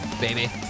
baby